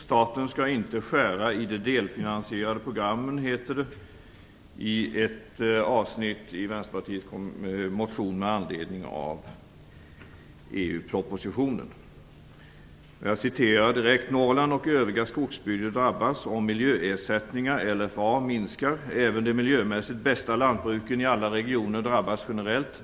Staten skall inte skära i de delfinansierade programmen, heter det i ett avsnitt av Vänsterpartiets motion med anledning av EU-propositionen: "Norrland och övriga skogsbygder drabbas, om miljöersättningar/LFA minskar. Även de miljömässigt bästa lantbruken i alla regioner drabbas generellt.